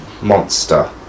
monster